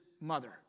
mother